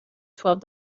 twelve